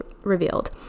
revealed